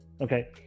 Okay